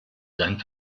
sein